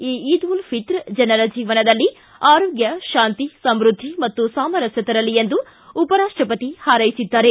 ಈ ಈದ್ ಉಲ್ ಫಿತ್ರ್ ಜನರ ಜೀವನದಲ್ಲಿ ಆರೋಗ್ಯ ಶಾಂತಿ ಸಮ್ಟದ್ದಿ ಮತ್ತು ಸಾಮರಸ್ತ ತರಲಿ ಎಂದು ಉಪರಾಷ್ಟಪತಿ ಹಾರ್ತೆಸಿದ್ದಾರೆ